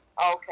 Okay